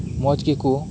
ᱢᱚᱪ ᱜᱮᱠᱩ